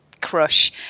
crush